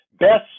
best